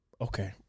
Okay